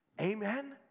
Amen